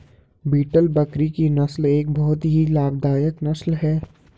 beetle बकरी की नस्ल एक बहुत ही लाभदायक नस्ल है